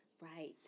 Right